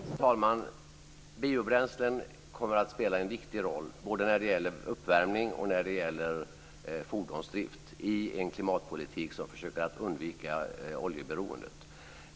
Fru talman! Biobränslen kommer att spela en viktig roll både när det gäller uppvärmning och när det gäller fordonsdrift i en klimatpolitik där man försöker undvika oljeberoendet.